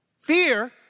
Fear